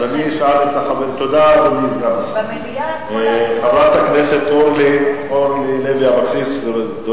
תודה, אדוני סגן השר.